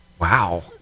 Wow